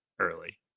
early